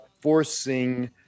forcing